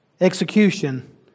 execution